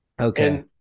Okay